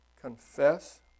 confess